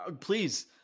Please